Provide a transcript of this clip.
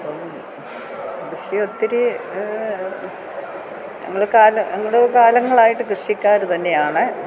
അപ്പം കൃഷി ഒത്തിരി ഞങ്ങൾ കാലം ഞങ്ങൾ കാലങ്ങളായിട്ട് കൃഷിക്കാർ തന്നെ ആണ്